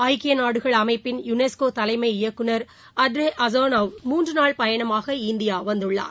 ஐக்கிய நாடுகள் அமைப்பின யுனெஸ்கோ தலைமை இயக்குநர் ஆட்ரே அஸௌவ்லே மூன்றுநாள் பயணமாக இந்தியா வந்துள்ளார்